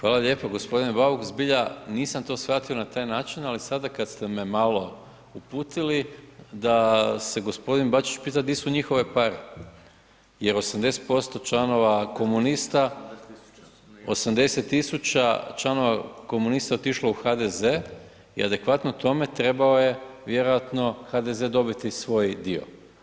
Hvala lijepa, gospodine Bauk nisam to shvatio na taj način ali sada kad ste me malo uputili da se gospodin Bačić pita di su njihove pare, jer 80% članova komunista, 80.000 članova komunista otišlo u HDZ i adekvatno tome trebao je vjerojatno HDZ dobiti svoj dio.